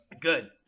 Good